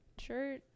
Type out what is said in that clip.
Shirt